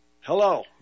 Hello